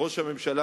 ראש הממשלה,